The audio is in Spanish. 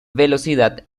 velocidad